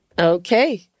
Okay